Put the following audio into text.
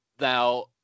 Now